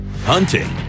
Hunting